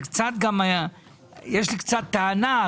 יש לי קצת טענה,